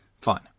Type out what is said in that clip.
Fine